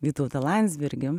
vytautą landsbergį